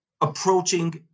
approaching